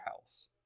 house